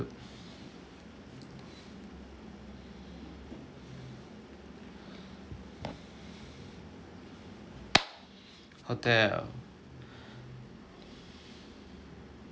hotel